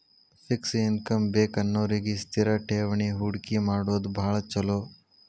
fix income ಬೇಕನ್ನೋರಿಗಿ ಸ್ಥಿರ ಠೇವಣಿ ಹೂಡಕಿ ಮಾಡೋದ್ ಭಾಳ್ ಚೊಲೋ